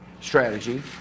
strategy